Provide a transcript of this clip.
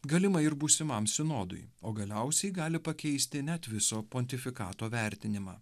galimai ir būsimam sinodui o galiausiai gali pakeisti net viso pontifikato vertinimą